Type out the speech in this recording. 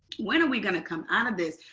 when are we going to come out of this?